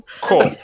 cool